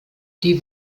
die